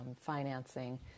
financing